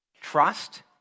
Trust